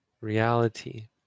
reality